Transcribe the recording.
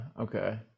okay